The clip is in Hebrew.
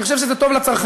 אני חושב שזה טוב לצרכנים.